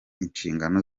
inshingano